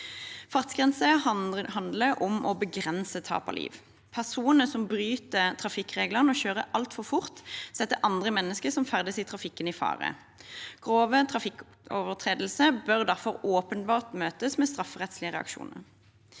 Fartsgrenser handler om å begrense tap av liv. Personer som bryter trafikkreglene og kjører altfor fort, setter andre mennesker som ferdes i trafikken, i fare. Grove trafikkovertredelser bør derfor åpenbart møtes med strafferettslige reaksjoner.